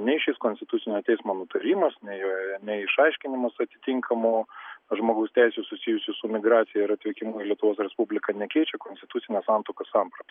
nei šis konstitucinio teismo nutarimas nei jo nei išaiškinamas atitinkamų žmogaus teisių susijusių su migracija ir atvykimu į lietuvos respubliką nekeičia konstitucinio santuokos samprata